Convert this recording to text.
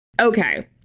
Okay